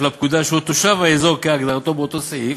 לפקודה, שהוא תושב האזור כהגדרתו באותו סעיף,